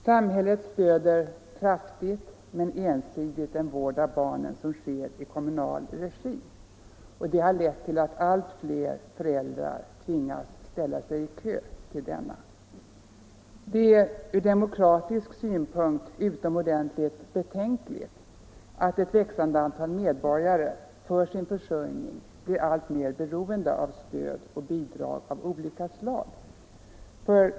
Samhället stöder kraftigt men ensidigt den vård av barnen som sker i kommunal regi, och det har lett till att allt fler föräldrar tvingas ställa sig i kö till denna. Det är ur demokratisk synpunkt utomordentligt betänkligt att ett växande antal medborgare för sin försörjning blir alltmer beroende av stöd och bidrag av olika slag.